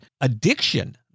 addiction